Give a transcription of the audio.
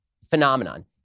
Phenomenon